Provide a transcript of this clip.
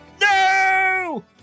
No